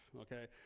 okay